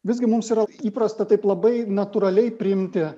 visgi mums yra įprasta taip labai natūraliai priimti